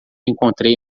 encontrei